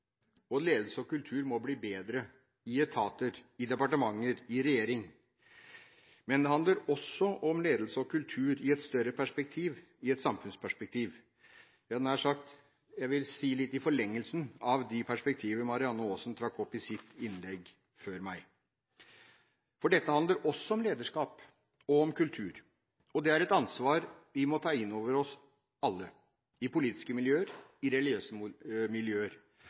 Ledelse og kultur må bli bedre i etater, i departementer og i regjering. Men det handler også om ledelse og kultur i et større perspektiv – i et samfunnsperspektiv. Jeg vil si litt i forlengelsen av de perspektiver Marianne Aasen trakk opp i sitt innlegg før meg. Det handler også om lederskap og om kultur, og det er et ansvar vi alle må ta inn over oss – i politiske miljøer, i religiøse miljøer.